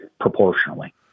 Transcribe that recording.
proportionally